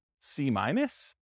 C-minus